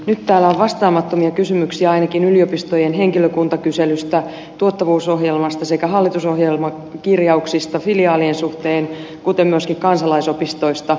nyt täällä on vastaamattomia kysymyksiä ainakin yliopistojen henkilökuntakyselystä tuottavuusohjelmasta sekä hallitusohjelmakirjauksista filiaalien suhteen kuten myöskin kansalaisopistoista